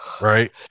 Right